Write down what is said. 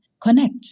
Connect